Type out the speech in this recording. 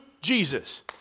Jesus